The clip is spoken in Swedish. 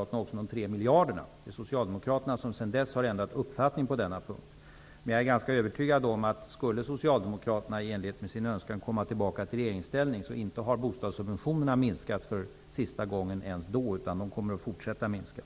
också om de 3 miljarderna. Socialdemokraterna har sedan dess ändrat uppfattning på denna punkt. Jag är övertygad om att bostadssubventionerna inte har minskat för sista gången ens om Socialdemokraterna, i enlighet med sin önskan, skulle komma tillbaka till regeringsställning. Bostadssubventionerna kommer att fortsätta att minska.